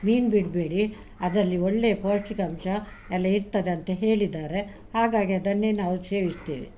ಮೀನು ಬಿಡಬೇಡಿ ಅದರಲ್ಲಿ ಒಳ್ಳೆಯ ಪೌಷ್ಟಿಕಾಂಶ ಎಲ್ಲ ಇರ್ತದೆ ಅಂತ ಹೇಳಿದಾರೆ ಹಾಗಾಗಿ ಅದನ್ನೇ ನಾವು ಸೇವಿಸ್ತೇವೆ